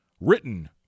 Written